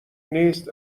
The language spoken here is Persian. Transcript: نیست